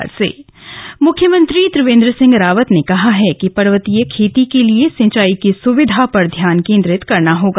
state credit seminar मुख्यमंत्री त्रिवेन्द्र सिंह रावत ने कहा है कि पर्वतीय खेती के लिए सिंचाई की सुविधा पर ध्यान केंद्रित करना होगा